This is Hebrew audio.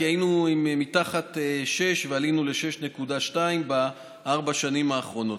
כי היינו עם מתחת ל-6 ועלינו ל-6.2 בארבע השנים האחרונות.